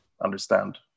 understand